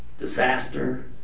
disaster